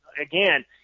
again